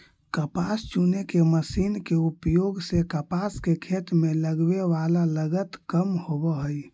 कपास चुने के मशीन के उपयोग से कपास के खेत में लगवे वाला लगत कम होवऽ हई